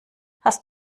hast